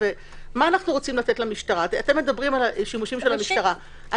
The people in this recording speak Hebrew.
אתם מדברים על שימושים של המשטרה.